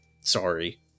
sorry